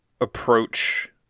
Approach